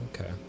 okay